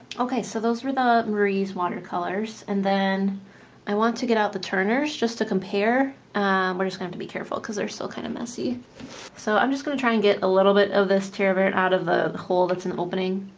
okay. so those were the marie's watercolors and then i want to get out the turner's just to compare we're just going to be careful because they're still kind of messy so i'm just gonna try and get a little bit of this terre verte out of the hole. let's and